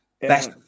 best